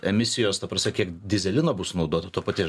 emisijos ta prasme kiek dyzelino bus sunaudota to paties